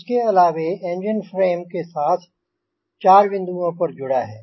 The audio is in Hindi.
इसके अलावे एंजिन फ़्रेम के साथ 4 बिंदुओं पर जुड़ा है